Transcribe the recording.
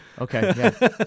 Okay